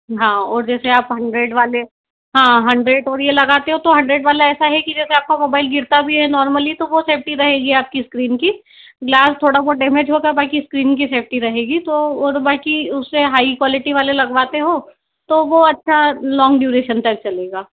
हाँ और जैसे आप हंड्रेड वाले हाँ हड्रेड और ये लगाते हो तो हंड्रेड वाला ऐसा है कि जैसे आपका मोबाइल गिरता भी है नॉर्मली तो वो सेफ्टी रहेगी आपकी स्क्रीन की ग्लास थोड़ा बहुत डैमेज होगा बाकि स्क्रीन की सेफ्टी रहेगी आपकी तो और बाकि उससे हाई क्वालिटी वाले लगवाते हो तो वो अच्छा लॉन्ग ड्यूरेशन तक चलेगा